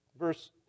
Verse